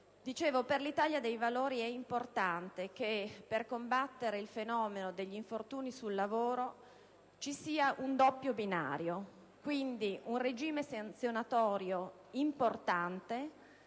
per l'Italia dei Valori è importante che per combattere il fenomeno degli infortuni sul lavoro ci sia un doppio binario: un regime sanzionatorio, importante